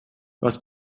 was